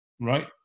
right